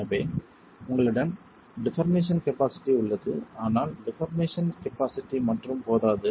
எனவே உங்களிடம் டிபார்மேசன்கபாஸிட்டி உள்ளது ஆனால் டிபார்மேஷன் கபாஸிட்டி மட்டும் போதாது